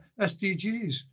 SDGs